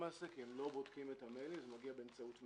כי הם לא בודקים את המיילים זה מגיע באמצעות מייל.